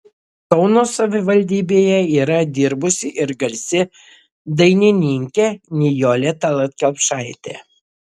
kauno savivaldybėje yra dirbusi ir garsi dainininkė nijolė tallat kelpšaitė